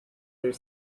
their